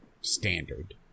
standard